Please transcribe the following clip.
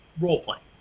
role-playing